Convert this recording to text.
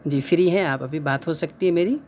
جی free ہیں آپ ابھی بات ہو سکتی ہے میری